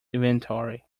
inventory